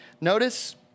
Notice